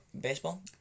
baseball